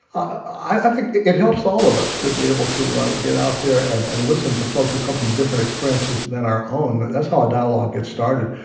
ah i think it helps all of us to be able to get out there and and listen to folks who come from different experiences than our own. that's how a dialogue gets started.